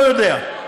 לא יודע.